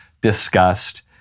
discussed